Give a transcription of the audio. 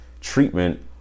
treatment